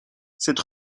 cette